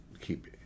keep